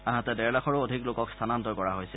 আনহাতে ডেৰ লাখৰো অধিক লোকক স্থানান্তৰ কৰা হৈছে